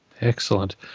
Excellent